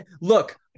look